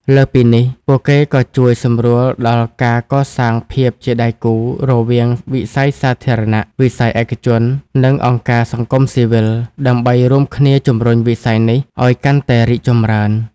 លើសពីនេះ ពួកគេក៏ជួយសម្រួលដល់ការកសាងភាពជាដៃគូរវាងវិស័យសាធារណៈ វិស័យឯកជន និងអង្គការសង្គមស៊ីវិល ដើម្បីរួមគ្នាជំរុញវិស័យនេះឱ្យកាន់តែរីកចម្រើន។